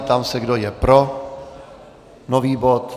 Ptám se, kdo je pro nový bod.